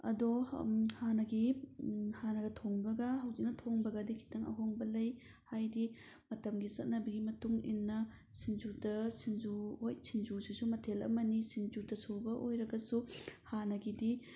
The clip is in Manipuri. ꯑꯗꯣ ꯍꯥꯟꯅꯒꯤ ꯍꯥꯟꯅꯒ ꯊꯣꯡꯕꯒ ꯍꯧꯖꯤꯛꯅ ꯊꯣꯡꯕꯒꯗꯤ ꯈꯤꯇꯪ ꯑꯍꯣꯡꯕ ꯂꯩ ꯍꯥꯏꯗꯤ ꯃꯇꯝꯒꯤ ꯆꯠꯅꯕꯤꯒꯤ ꯃꯇꯨꯡ ꯏꯟꯅ ꯁꯤꯡꯖꯨꯗ ꯁꯤꯡꯖꯨ ꯍꯣꯏ ꯁꯤꯡꯖꯨꯁꯤꯁꯨ ꯃꯊꯦꯜ ꯑꯃꯅꯤ ꯁꯤꯡꯖꯨꯇ ꯁꯨꯕ ꯑꯣꯏꯔꯒꯁꯨ ꯍꯥꯟꯅꯒꯤꯗꯤ